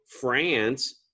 france